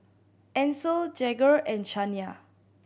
Ancel Jagger and Shania